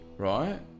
Right